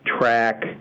track